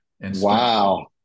Wow